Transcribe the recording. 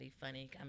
funny